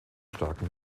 starken